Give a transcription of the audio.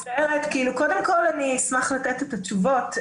קודם כל, אני אשמח לתת את התשובות.